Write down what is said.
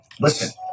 Listen